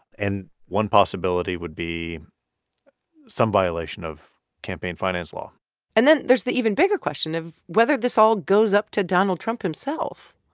and one possibility would be some violation of campaign finance law and then there's the even-bigger question of whether this all goes up to donald trump himself,